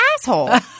asshole